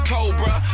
Cobra